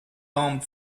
armed